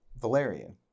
Valerian